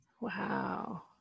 Wow